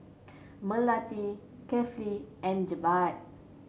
Melati Kefli and Jebat